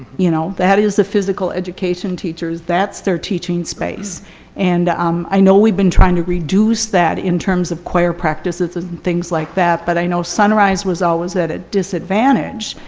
you know? that is a physical education teacher's, that's their teaching space and um i know we've been trying to reduce that in terms of choir practices and things like that but i know sunrise was always at a disadvantage,